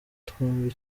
twombi